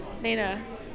Nina